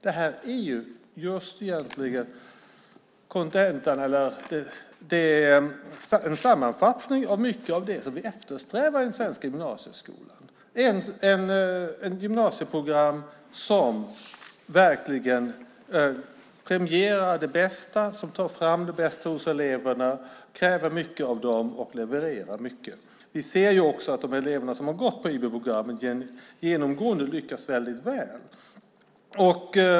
Det här är just en sammanfattning av mycket av det som vi eftersträvar i den svenska gymnasieskolan - ett gymnasieprogram som verkligen premierar och tar fram det bästa hos eleverna, kräver mycket av dem och levererar mycket. Vi ser också att de elever som har gått på IB-programmet genomgående lyckas väldigt väl.